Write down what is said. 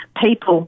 people